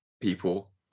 people